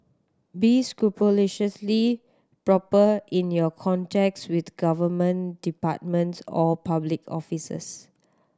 be scrupulously proper in your contacts with government departments or public officers